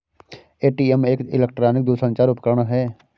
ATM एक electronic दूरसंचार उपकरण है